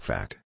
Fact